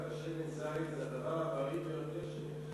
אגב, שמן זית זה הדבר הבריא ביותר שיש.